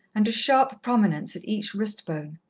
and a sharp prominence at each wrist-bone.